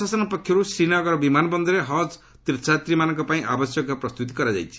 ପ୍ରଶାସନ ପକ୍ଷରୁ ଶ୍ରୀନଗର ବିମାନ ବନ୍ଦରରେ ହଜ୍ ତୀର୍ଥଯାତ୍ରୀମାନଙ୍କ ପାଇଁ ଆବଶ୍ୟକୀୟ ପ୍ରସ୍ତୁତି କରାଯାଇଛି